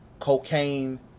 cocaine